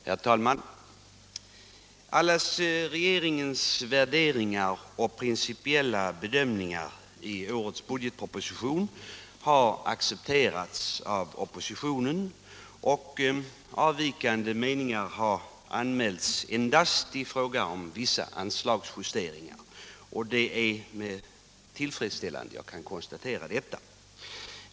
Herr talman! Alla regeringens värderingar och principiella bedömningar i årets budgetproposition har accepterats av oppositionen, och avvikande meningar har anmälts endast i fråga om vissa anslagsjusteringar. Det är med tillfredsställelse jag kan konstatera detta.